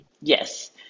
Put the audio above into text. yes